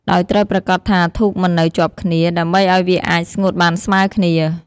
ដោយត្រូវប្រាកដថាធូបមិននៅជាប់គ្នា ដើម្បីឱ្យវាអាចស្ងួតបានស្មើគ្នា។